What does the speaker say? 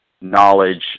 knowledge